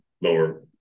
lower